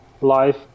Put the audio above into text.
life